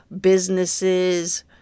businesses